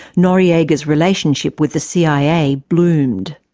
noriega's relationship with the cia bloomed.